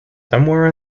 somewhere